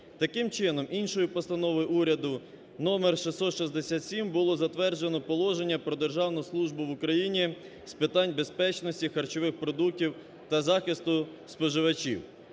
Таким чином іншою постановою уряду номер 667 було затверджено положення про Державну службу в Україні з питань безпечності, харчових продуктів та захисту споживачів,